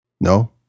No